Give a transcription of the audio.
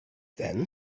then